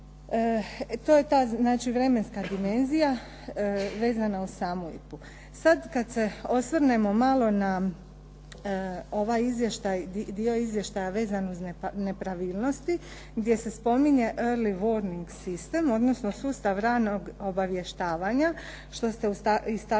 To je ta, znači vremenska dimenzija vezana uz samu IPA-u. Sad kad se osvrnemo malo na ovaj izvještaj, dio izvještaja vezan uz nepravilnosti gdje se spominje, early warning sistem odnosno sustav ranog obavještavanja što ste istaknuli